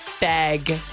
bag